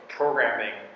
programming